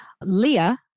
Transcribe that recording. Leah